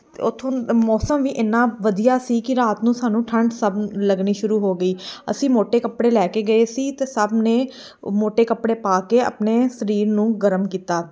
ਅਤੇ ਉੱਥੋਂ ਮੌਸਮ ਵੀ ਇੰਨਾਂ ਵਧੀਆ ਸੀ ਕਿ ਰਾਤ ਨੂੰ ਸਾਨੂੰ ਠੰਡ ਸਭ ਲੱਗਣੀ ਸ਼ੁਰੂ ਹੋ ਗਈ ਅਸੀਂ ਮੋਟੇ ਕੱਪੜੇ ਲੈ ਕੇ ਗਏ ਸੀ ਅਤੇ ਸਭ ਨੇ ਮੋਟੇ ਕੱਪੜੇ ਪਾ ਕੇ ਆਪਣੇ ਸਰੀਰ ਨੂੰ ਗਰਮ ਕੀਤਾ